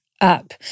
up